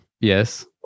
Yes